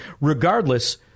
regardless